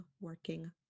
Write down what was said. working